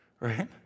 Right